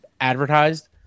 advertised